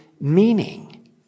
meaning